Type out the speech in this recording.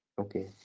Okay